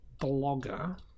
blogger